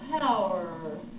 power